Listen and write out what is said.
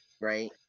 Right